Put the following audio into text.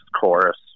chorus